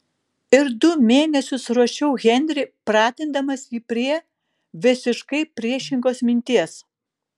ir du mėnesius ruošiau henrį pratindamas jį prie visiškai priešingos minties